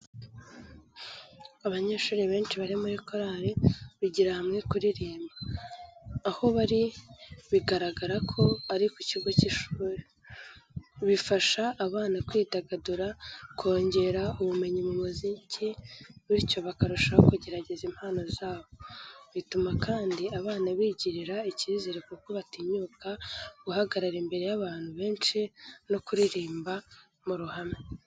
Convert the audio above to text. Abanyeshuri benshi bari muri korali bigira hamwe kuririmbira. Aho bari bigaragara ko ari ku kigo cy'ishuri. Bifasha abana kwidagadura, kongera ubumenyi mu muziki bityo bakarushaho kugaragaza impano zabo. Bituma kandi abana bigirira ikizere kuko batinyuka guhagarara imbere y'abantu benshi no kuririmba mu ruhame.